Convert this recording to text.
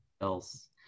else